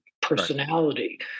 personality